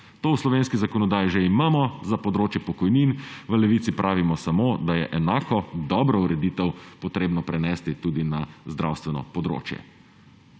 To v slovenski zakonodaji že imamo za področje pokojnin, v Levici pravimo samo, da je enako dobro ureditev treba prenesti tudi na zdravstveno področje.